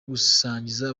gusangiza